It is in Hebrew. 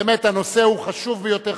באמת, הנושא הוא חשוב ביותר.